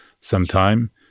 sometime